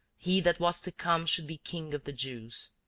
he that was to come should be king of the jews.